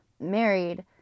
married